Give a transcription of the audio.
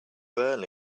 early